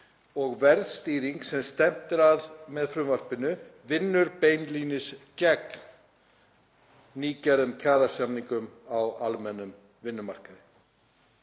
og verðstýring sem stefnt er að með frumvarpinu vinnur beinlínis gegn nýgerðum kjarasamningum á almennum vinnumarkaði.“